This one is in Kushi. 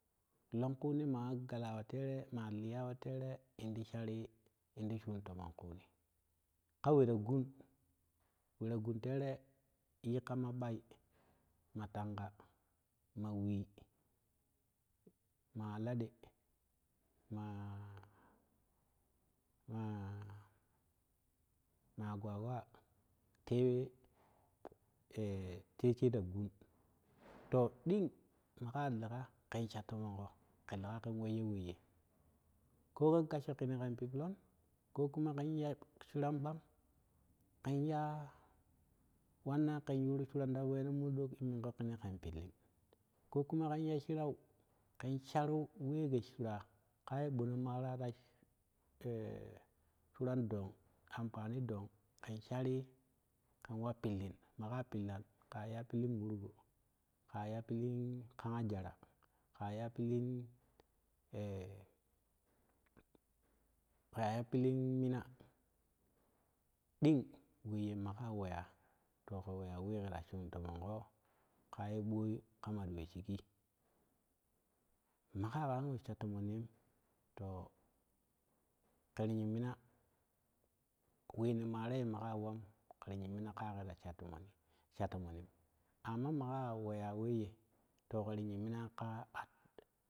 Hanku nema wa gala we tere mu liya we tere in shari intishun toon kuni ka wera gun wera gun tera yika ma ъui ma tanƙa ma we ma alaɗe mama ma agwagwa tewe e teshe ta gun to ding maka leka ka sha to mon ko ke leka ka weyyo weye koken gassko kene ka piblon ko kuma ken zai suron ъang ken ta wan na ken turusura ra weno monɗok in murƙo kene ken pilin ko kuma ka ta shirui kensar we tegi sura kare bone mara e e sura ɗang ampani ɗeng ken sari kei wa pillin maka pillai ƙara pilin morgo ƙa iya pilliin jara ka iya pilin e ka ina pilin mina dig we maka weya to ke we ya we kera shu tomaiko kaye boi kama ta weshigi maka ka we shatoman yen to kene yim mina wen mare maka wam keri yim mina karke ra sha tomonin amma make we ya weye to kere yimmina ka.